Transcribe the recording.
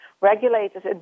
Regulators